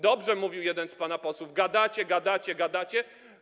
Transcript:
Dobrze mówił jeden z pana posłów: gadacie, gadacie, gadacie.